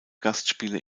gastspiele